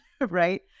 right